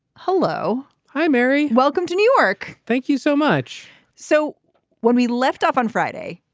hello. hi, mary. welcome to new york. thank you so much so when we left off on friday,